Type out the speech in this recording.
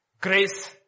Grace